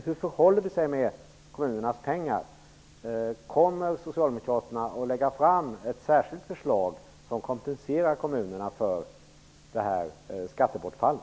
Hur förhåller det sig med kommunernas pengar? Kommer Socialdemokraterna att lägga fram ett särskilt förslag som kompenserar kommunerna för skattebortfallet?